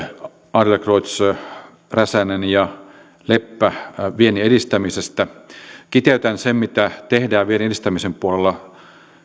adlercreutz räsänen ja leppä viennin edistämisestä kiteytän sen mitä tehdään viennin edistämisen puolella